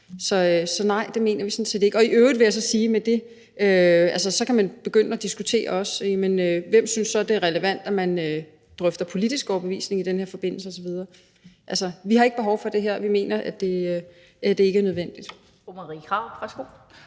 Så nej, det mener vi sådan set ikke. I øvrigt vil jeg sige, at med det kan man så også begynde at diskutere, hvem der synes, det er relevant, at man drøfter politisk overbevisning i den her forbindelse osv. Vi har ikke behov for det her, og vi mener, at det ikke er nødvendigt.